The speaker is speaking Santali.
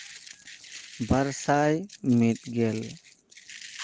ᱵᱟᱨᱥᱟᱭ ᱢᱤᱫᱜᱮᱞ